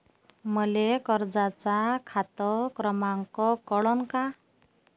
मले कर्जाचा खात क्रमांक कळन का?